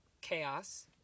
chaos